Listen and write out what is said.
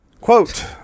Quote